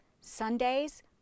Sundays